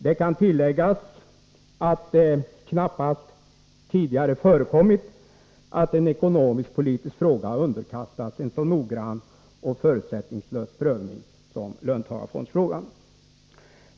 Det kan tilläggas att det knappast tidigare förekommit att en ekonomisk-politisk fråga har underkastats en så noggrann och förutsättningslös prövning som löntagarfondsfrågan.